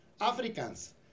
Africans